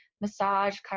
massage